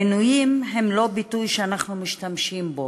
עינויים הם לא ביטוי שאנחנו משתמשים בו,